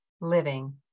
Living